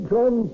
John